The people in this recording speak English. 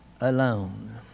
alone